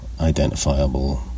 identifiable